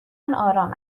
آرام